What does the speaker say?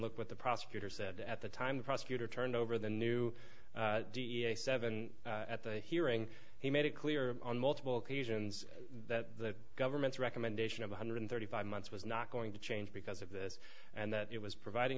look what the prosecutor said at the time the prosecutor turned over the new da seven at the hearing he made it clear on multiple occasions that the government's recommendation of one hundred thirty five months was not going to change because of this and that it was providing